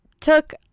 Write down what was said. took